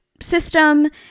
system